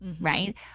right